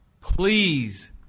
please